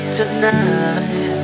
Tonight